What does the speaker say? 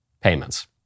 payments